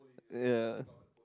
ya